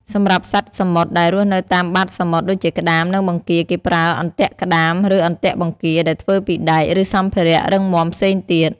សម្រាប់សត្វសមុទ្រដែលរស់នៅតាមបាតសមុទ្រដូចជាក្តាម និងបង្គា គេប្រើ អន្ទាក់ក្តាម ឬអន្ទាក់បង្គា ដែលធ្វើពីដែក ឬសម្ភារៈរឹងមាំផ្សេងទៀត។